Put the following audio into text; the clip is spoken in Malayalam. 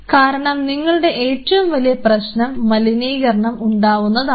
കാരണം നിങ്ങളുടെ ഏറ്റവും വലിയ പ്രശ്നം മലിനീകരണം ഉണ്ടാവുന്നതാണ്